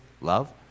love